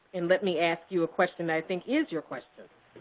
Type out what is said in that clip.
and let me ask you a question i think is your question.